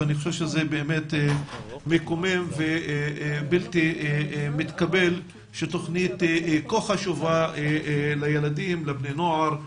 ואני חושב שזה מקומם ובלתי מתקבל שתוכנית כה חשובה לילדים ובני נוער,